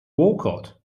walcott